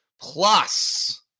plus